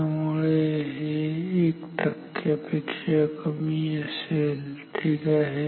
त्यामुळे हे एक टक्क्यापेक्षा कमी असेल ठीक आहे